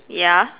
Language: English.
ya